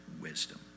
wisdom